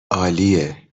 عالیه